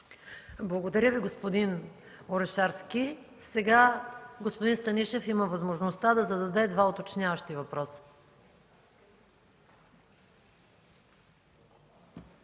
Благодаря, господин Орешарски. Господин Станишев има възможността да зададе два уточняващи въпроса.